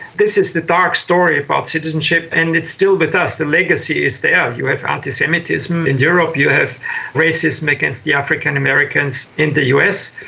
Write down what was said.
this is the dark story about citizenship and it's still with us, the legacy is there. you have anti-semitism in europe, you have racism against the african americans in the us,